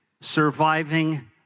Surviving